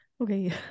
okay